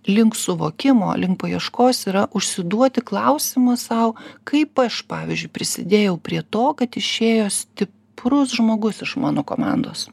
link suvokimo link paieškos yra užsiduoti klausimą sau kaip aš pavyzdžiui prisidėjau prie to kad išėjo stiprus žmogus iš mano komandos